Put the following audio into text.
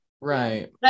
right